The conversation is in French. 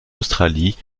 australie